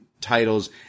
titles